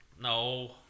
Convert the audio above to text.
No